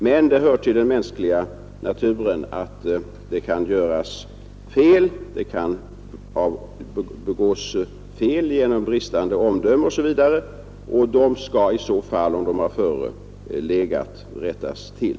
Men det hör till den mänskliga naturen att fel kan begås genom bristande omdöme osv. Om sådana fel föreligger, skall de rättas till.